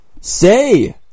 say